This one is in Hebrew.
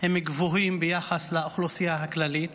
גבוהים ביחס לאוכלוסייה הכללית.